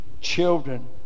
Children